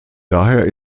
daher